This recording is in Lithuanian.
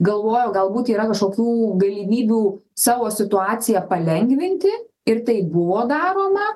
galvojo galbūt yra kažkokių galimybių savo situaciją palengvinti ir tai buvo daroma